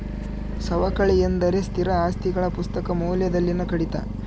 ಸವಕಳಿ ಎಂದರೆ ಸ್ಥಿರ ಆಸ್ತಿಗಳ ಪುಸ್ತಕ ಮೌಲ್ಯದಲ್ಲಿನ ಕಡಿತ